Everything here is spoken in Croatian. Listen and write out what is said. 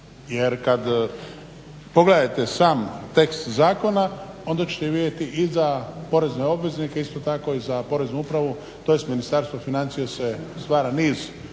Jer kad pogledate sam tekst zakona onda ćete vidjeti i za porezne obveznike isto tako i za Poreznu upravu tj. Ministarstvo financija se stvara niz dodatnih